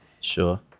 Sure